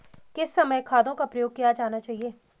किस समय खादों का प्रयोग किया जाना चाहिए?